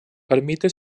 ermita